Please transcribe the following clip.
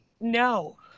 no